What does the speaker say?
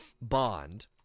bond